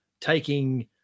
taking